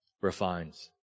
refines